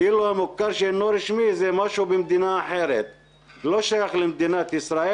כאילו המוכר שאינו רשמי זה משהו במדינה אחרת ולא שייך למדינת ישראל.